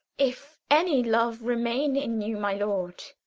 if any love remain in you, my lord,